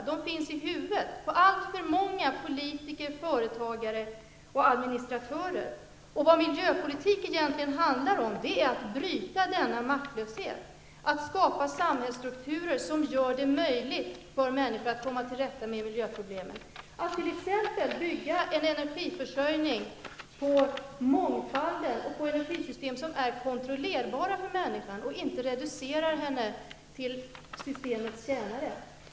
De finns i huvudet på alltför många politiker, företagare och administratörer. Det miljöpolitik egentligen handlar om är att bryta denna maktlöshet, att skapa samhällsstrukturer som gör det möjligt för människor att komma till rätta med miljöproblemen. Det handlar om att bygga energiförsörjningen på mångfald och på energisystem som är kontrollerbara för människan och inte reducerar henne till systemets tjänare.